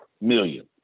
million